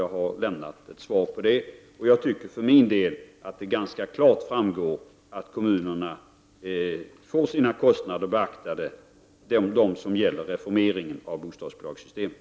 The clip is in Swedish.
Jag har svarat på detta och anser för min del att det ganska klart framgår att kommunerna får sina kostnader beaktade när det gäller reformeringen av bostadsbidragssystemet.